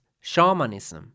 shamanism